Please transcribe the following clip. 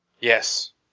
Yes